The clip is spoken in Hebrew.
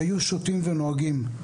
שהיו שותים ונוהגים,